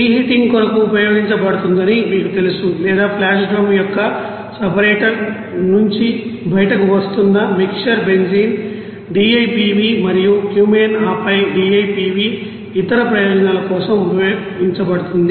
preheating కొరకు ఉపయోగించబడుతుందని మీకు తెలుసు లేదా ఫ్లాష్ డ్రమ్ యొక్క సెపరేటర్ నుంచి బయటకు వస్తున్న మిక్సర్ బెంజీన్ డిఐపివి మరియు క్యూమెన్ ఆపై డిఐపివి ఇతర ప్రయోజనాల కోసం ఉపయోగించబడుతుంది